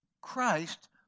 Christ